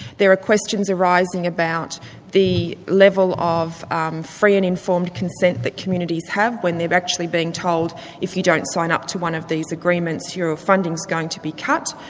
there are questions arising about the level of um free and informed consent that communities have when they've actually been told if you don't sign up to one of these agreements, your funding's going to be cut'.